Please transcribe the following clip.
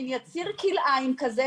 מן יציר כלאיים כזה.